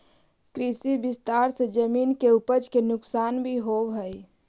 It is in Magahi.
कृषि विस्तार से जमीन के उपज के नुकसान भी होवऽ हई